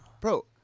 Bro